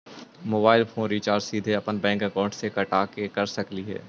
Mobile phone recharge सीधे अपन bank account से कटा के कर सकली ही?